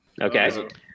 okay